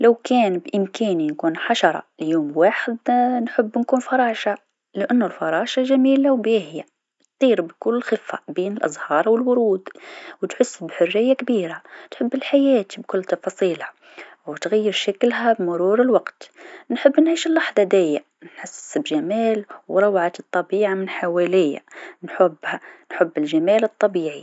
لو كان بإمكاني نكون حشره ليوم واحد نحب نكون فراشه لأنو الفراشه جميله و باهيا طير بكل خفه بين الأزهار و الورود و تحس بحريه كبيرا، تحب الحياة بكل تفاصيلها و تغير شكلها بمرور الوقت، نحب نعيش اللحظه ديا نحس بالجمال و روعة الطبيعة من حوليا نحبها نحب الجمال الطبيعي.